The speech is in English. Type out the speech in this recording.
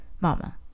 Mama